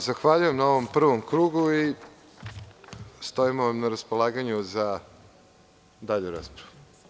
Zahvaljujem na ovom prvom krugu i stojimo vam na raspolaganju za dalju raspravu.